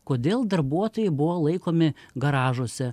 kodėl darbuotojai buvo laikomi garažuose